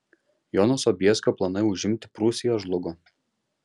jono sobieskio planai užimti prūsiją žlugo